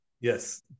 Yes